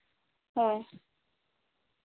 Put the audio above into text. ᱦᱮᱸ